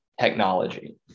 technology